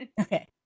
okay